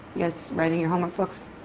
yes? writing your homework books?